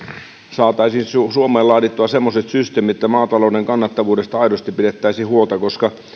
saataisiin suomeen laadittua semmoiset systeemit että maatalouden kannattavuudesta aidosti pidettäisiin huolta